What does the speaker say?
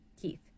Keith